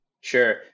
Sure